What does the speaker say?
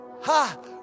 Ha